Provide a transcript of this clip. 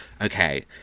okay